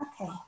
Okay